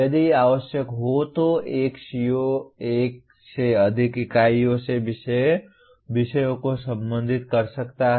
यदि आवश्यक हो तो एक CO एक से अधिक इकाइयों से विषयों को संबोधित कर सकता है